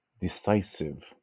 decisive